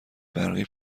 برقی